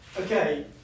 Okay